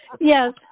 Yes